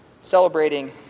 celebrating